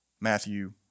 Matthew